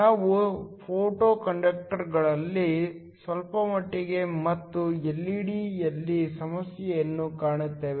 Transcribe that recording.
ನಾವು ಫೋಟೋಕಂಡಕ್ಟರ್ಗಳಲ್ಲಿ ಸ್ವಲ್ಪಮಟ್ಟಿಗೆ ಮತ್ತು ಎಲ್ಇಡಿಯಲ್ಲಿ ಸಮಸ್ಯೆಯನ್ನೂ ಕಾಣುತ್ತೇವೆ